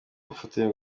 bufatanye